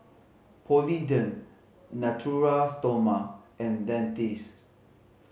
Polident Natura Stoma and Dentiste